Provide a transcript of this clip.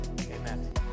Amen